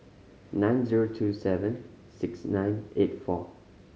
nine zero two seven six nine eight four